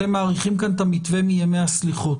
אתם מאריכים כאן את המתווה מימי הסליחות,